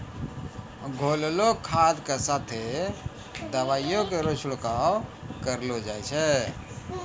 घोललो खाद क साथें दवाइयो केरो छिड़काव करलो जाय छै?